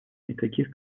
никаких